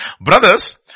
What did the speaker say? Brothers